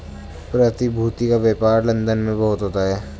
प्रतिभूति का व्यापार लन्दन में बहुत होता है